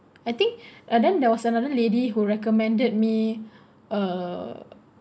I think and then there was another lady who recommended me uh